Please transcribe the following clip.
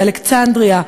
באלכסנדריה,